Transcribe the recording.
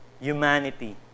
humanity